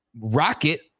Rocket